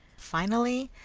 finally,